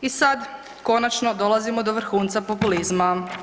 I sad konačno dolazimo do vrhunca populizma.